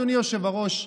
אדוני היושב-ראש,